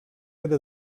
era